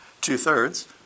two-thirds